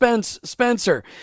Spencer